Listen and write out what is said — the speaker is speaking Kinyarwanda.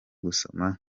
gusoma